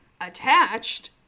attached